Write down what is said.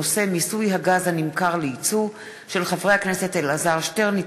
התרבות והספורט להכנה לקריאה שנייה.